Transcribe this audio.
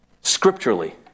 scripturally